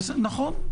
נכון.